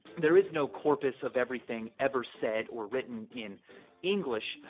there is no corpus of everything ever said or written in english,